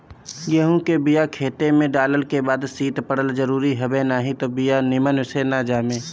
गेंहू के बिया खेते में डालल के बाद शीत पड़ल जरुरी हवे नाही त बिया निमन से ना जामे